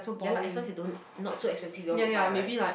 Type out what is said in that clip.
ya lah as long you don't not so expensive you all will buy right